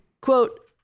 Quote